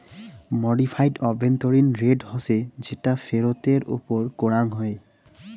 modified আভ্যন্তরীণ rate হসে যেটা ফেরতের ওপর করাঙ হই